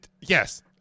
yes